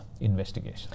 investigation